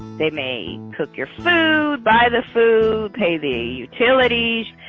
they may cook your food, buy the food, pay the utilities.